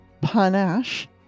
panache